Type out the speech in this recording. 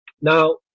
Now